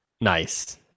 Nice